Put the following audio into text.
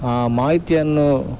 ಆ ಮಾಹಿತಿಯನ್ನು